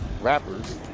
rappers